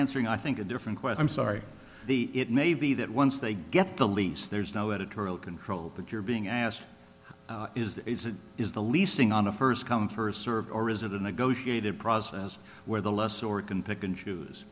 answering i think a different quite i'm sorry the it may be that once they get the lease there's no editorial control but you're being asked is this is the leasing on a first come first served or is it a negotiated process where the less or can pick and choose